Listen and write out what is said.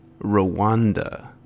Rwanda